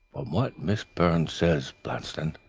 what miss byrne says, blanston,